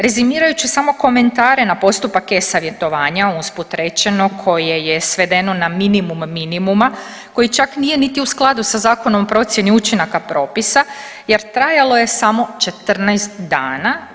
Rezimirajući samo komentare na postupak e-savjetovanja usput rečeno koje je svedeno na minimum minimuma koji čak nije niti u skladu sa Zakonom o procjeni učinaka propisa jer trajalo je samo 14 dana.